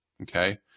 Okay